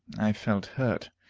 i felt hurt,